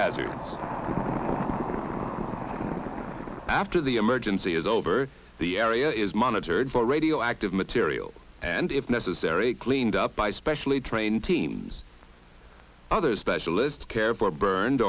hazards after the emergency is over the area is monitored for radioactive material and if necessary cleaned up by specially trained teams other specialists care for burned